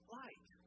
light